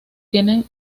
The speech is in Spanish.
tienen